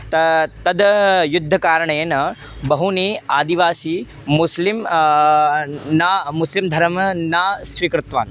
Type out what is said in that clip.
त तद् युद्धकारणेन बहूनि आदिवासी मुस्लिम् न मुस्लिम् धर्मं न स्वीकृतवान्